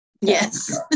Yes